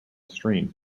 stream